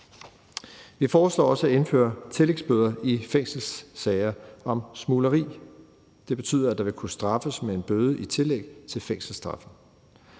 Vi foreslår også at indføre tillægsbøder i fængselssager om smugleri. Det betyder, at der vil kunne straffes med en bøde i tillæg til fængselsstraffen.